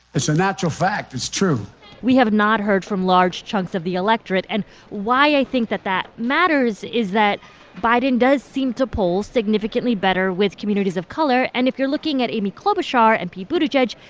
it's a natural fact. it's true we have not heard from large chunks of the electorate. and why i think that that matters is that biden does seem to poll significantly better with communities of color. and if you're looking at amy klobuchar and pete buttigieg,